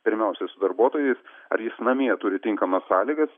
pirmiausia su darbuotojais ar jis namie turi tinkamas sąlygas